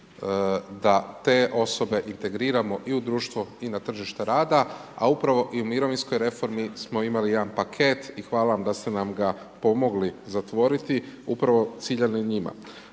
da te osobe integriramo i u društvu i na tražaste rada, a upravo i u mirovinskoj reformi smo imali jedan paket i hvala vam da ste nam pomogli zatvoriti upravo ciljano njima.